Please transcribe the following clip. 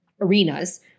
arenas